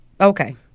Okay